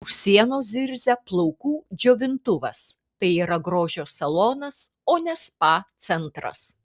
už sienos zirzia plaukų džiovintuvas tai yra grožio salonas o ne spa centras